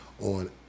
on